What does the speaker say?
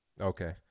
Okay